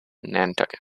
nantucket